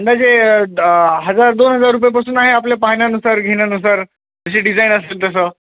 अंदाजे हजार दोन हजार रुपयेपासून आहे आपल्या पाहण्यानुसार घेण्यानुसार जसे डिझाईन असतील तसं